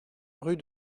rue